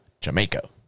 Jamaica